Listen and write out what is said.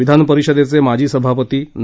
विधानपरिषदेचे माजी सभापती ना